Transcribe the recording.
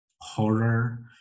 horror